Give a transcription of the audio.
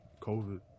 COVID